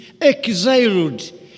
exiled